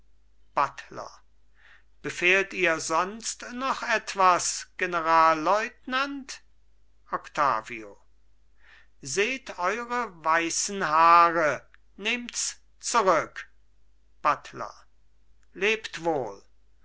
buttler befehlt ihr sonst noch etwas generalleutnant octavio seht eure weißen haare nehmts zurück buttler lebt wohl